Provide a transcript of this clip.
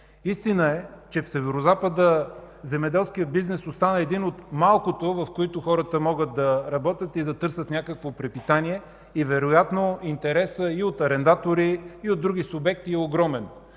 Истина е, че в Северозапада земеделският бизнес остана един от малкото, в който хората могат да работят и да търсят някакво препитание. Вероятно интересът и от арендатори, и от други съвети е огромен.